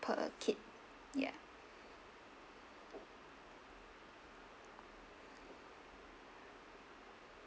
per kid ya